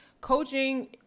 Coaching